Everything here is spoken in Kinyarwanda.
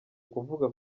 kuvuga